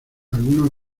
algunos